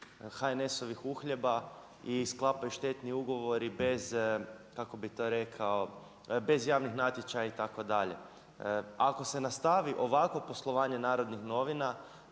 HNS-ovih uhljeba i sklapaju štetni ugovori bez kako bi to rekao, bez javnih natječaja itd. Ako se nastavi ovako poslovanje N.N., naći